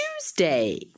Tuesday